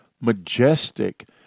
Majestic